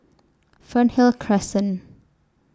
Fernhill Crescent